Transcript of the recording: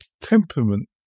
temperament